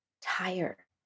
tired